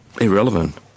irrelevant